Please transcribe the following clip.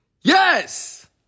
yes